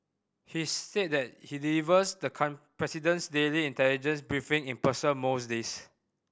he's said that he delivers the president's daily intelligence briefing in person most days